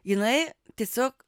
jinai tiesiog